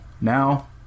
Now